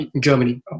Germany